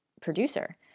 producer